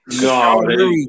No